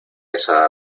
esa